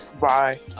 Bye